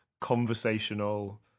conversational